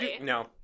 No